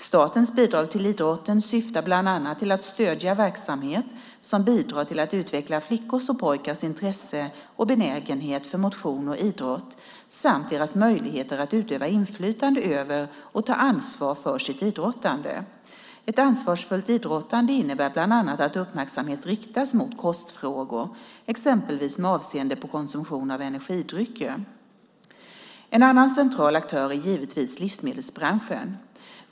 Statens bidrag till idrotten syftar bland annat till att stödja verksamhet som bidrar till att utveckla flickors och pojkars intresse och benägenhet för motion och idrott samt deras möjligheter att utöva inflytande över och ta ansvar för sitt idrottande. Ett ansvarsfullt idrottande innebär bland annat att uppmärksamhet riktas mot kostfrågor, exempelvis med avseende på konsumtion av energidrycker. En annan central aktör är givetvis livsmedelsbranschen.